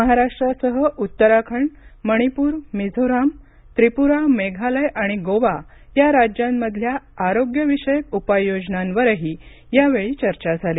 महाराष्ट्रासह उत्तराखंड मणीपूर मिझोराम त्रिपुरा मेघालय आणि गोवा या राज्यांमधल्या आरोग्यविषयक उपाययोजनांवरही यावेळी चर्चा झाली